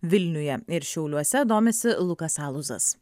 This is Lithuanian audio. vilniuje ir šiauliuose domisi lukas aluzas